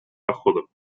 дохода